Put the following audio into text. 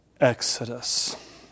Exodus